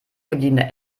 gebliebene